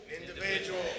Individual